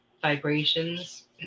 vibrations